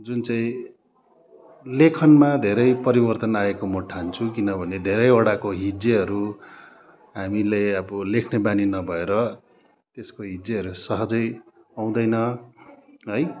जुन चाहिँ लेखनमा धेरै परिवर्तन आएको म ठान्छु किनभने धेरैवटाको हिज्जेहरू हामीले अब लेख्ने बानी नभएर त्यसको हिज्जेहरू सहजै आउँदैन है